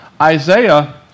Isaiah